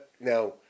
Now